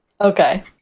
Okay